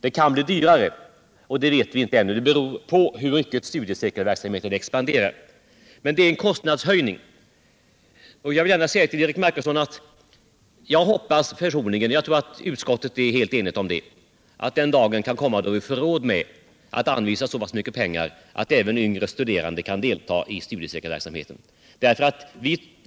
Det kan bli dyrare, men det vet vi inte; det beror på hur mycket studiecirkelverksamheten expanderar. I alla fall är det fråga om en kostnadshöjning. Jag vill gärna säga till Eric Marcusson att jag personligen hoppas — jag tror också att utskottet är helt enigt med mig på den punkten — att den dag skall komma då vi får råd att anvisa så pass mycket pengar att även yngre kan delta i studiecirklar.